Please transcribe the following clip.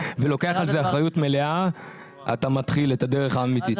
ולוקח על זה אחריות מלאה אתה מתחיל את הדרך האמיתית.